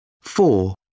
Four